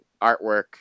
artwork